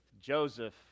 Joseph